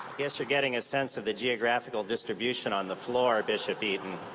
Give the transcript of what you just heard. guess you're getting a sense of the geographical distribution on the floor, bishop eaton.